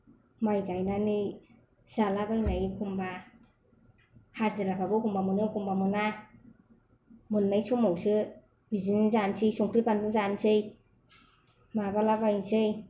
माइ गायनानै जालाबायनाय एखम्बा हाजिराखौबो एखम्बा मोनो एखम्बा मोना मोन्नाय समावसो बिदिनो जानोसै संख्रि बानलु जानोसै माबालाबायनोसै